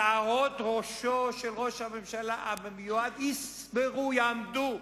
שערות ראשו של ראש הממשלה המיועד יסמרו, יעמדו.